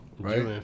right